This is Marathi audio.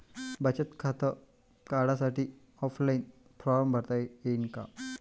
बचत खातं काढासाठी ऑफलाईन फारम भरता येईन का?